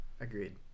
Agreed